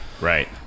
right